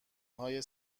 های